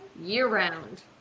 year-round